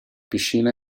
piscina